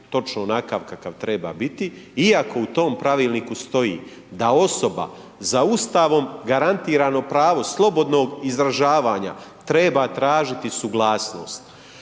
točno onakav kakav treba biti, iako u tom pravilniku stoji, da osoba za Ustavom garantirano pravo, slobodnog izražavanja treba tražiti suglasnost.